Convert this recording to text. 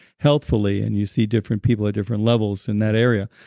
healthfully, and you see different people at different levels in that area.